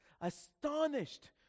astonished